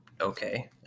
okay